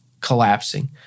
collapsing